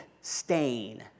stain